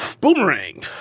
boomerang